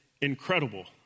incredible